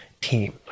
team